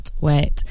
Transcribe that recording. Wait